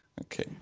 Okay